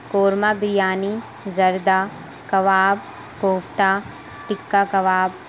قورمہ بریانی زردہ کباب کوفتہ ٹکہ کباب